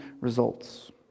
results